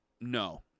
No